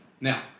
Now